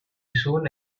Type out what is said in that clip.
soon